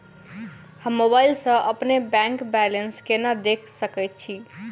हम मोबाइल सा अपने बैंक बैलेंस केना देख सकैत छी?